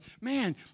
Man